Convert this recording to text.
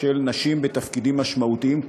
שילוב של נשים בתפקידים משמעותיים,